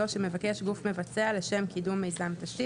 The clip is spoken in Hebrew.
שמבקש גוף מבצע לשם קידום מיזם תשתית.